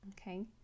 okay